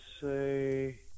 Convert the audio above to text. say